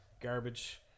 garbage